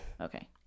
okay